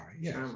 Yes